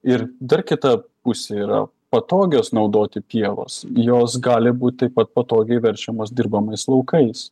ir dar kita pusė yra patogios naudoti pievos jos gali būti taip pat patogiai verčiamos dirbamais laukais